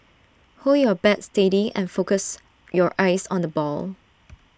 hold your bat steady and focus your eyes on the ball